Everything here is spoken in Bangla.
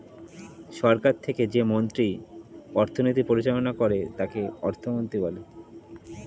সরকার থেকে যে মন্ত্রী অর্থনীতি পরিচালনা করে তাকে অর্থমন্ত্রী বলে